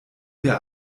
wir